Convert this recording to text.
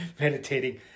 meditating